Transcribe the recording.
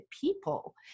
people